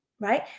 right